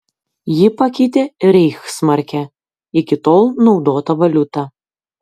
ji pakeitė reichsmarkę iki tol naudotą valiutą